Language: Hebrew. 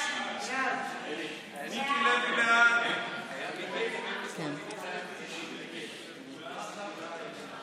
ההצעה להעביר את הצעת חוק חובת המכרזים (תיקון,